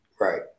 Right